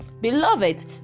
beloved